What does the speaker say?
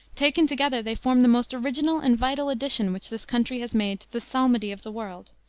taken together they form the most original and vital addition which this country has made to the psalmody of the world,